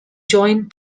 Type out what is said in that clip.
joint